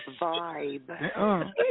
vibe